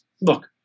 look